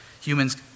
Humans